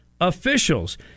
officials